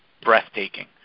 breathtaking